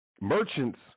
merchants